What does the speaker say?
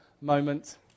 moment